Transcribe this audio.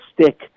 stick